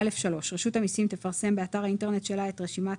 "(א3) רשות המסים תפרסם באתר האינטרנט שלה את רשימת